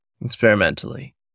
experimentally